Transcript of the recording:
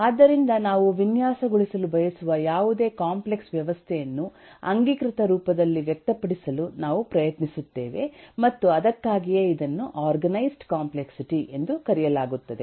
ಆದ್ದರಿಂದ ನಾವು ವಿನ್ಯಾಸಗೊಳಿಸಲು ಬಯಸುವ ಯಾವುದೇ ಕಾಂಪ್ಲೆಕ್ಸ್ ವ್ಯವಸ್ಥೆಯನ್ನು ಅಂಗೀಕೃತ ರೂಪದಲ್ಲಿ ವ್ಯಕ್ತಪಡಿಸಲು ನಾವು ಪ್ರಯತ್ನಿಸುತ್ತೇವೆ ಮತ್ತು ಅದಕ್ಕಾಗಿಯೇ ಇದನ್ನು ಆರ್ಗನೈಜ್ಡ್ ಕಾಂಪ್ಲೆಕ್ಸಿಟಿ ಎಂದು ಕರೆಯಲಾಗುತ್ತದೆ